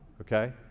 Okay